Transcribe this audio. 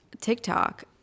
TikTok